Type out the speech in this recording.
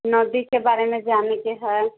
नदीके बारेमे जानैके हइ